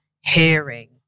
hearing